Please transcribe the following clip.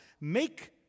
make